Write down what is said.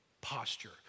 posture